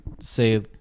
say